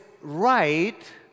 right